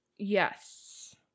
yes